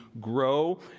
grow